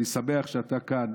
אני שמח שאתה כאן